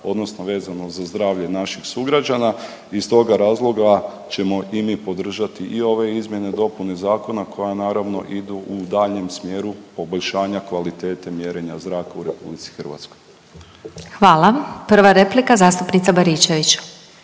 odnosno vezano za zdravlje naših sugrađana i iz toga razloga ćemo i mi podržati i ove izmjene i dopune zakona koja naravno idu u daljnjem smjeru poboljšanja kvalitete mjerenja zraka u RH. **Glasovac, Sabina (SDP)** Hvala. Prva replika, zastupnica Baričević.